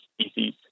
species